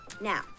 Now